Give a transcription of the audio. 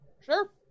Sure